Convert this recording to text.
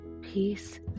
Peace